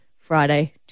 Friday